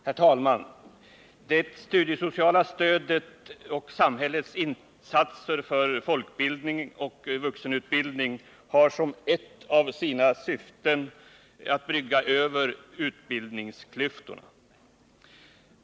Herr talman! Det studiesociala stödet och samhällets insatser för folkbildning och vuxenutbildning har som ett av sina syften att brygga över utbildningsklyftorna.